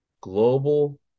global